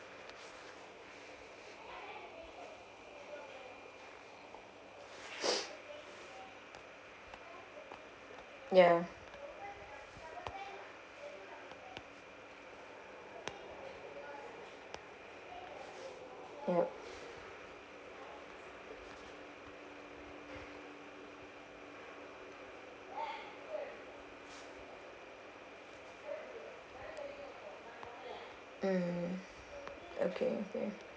ya yup mm okay okay